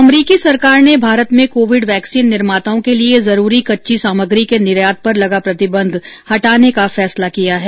अमरीकी सरकार ने भारत में कोविड वैक्सीन निर्माताओं के लिए जरूरी कच्ची सामग्री के निर्यात पर लगा प्रतिबंध हटाने का फैसला किया है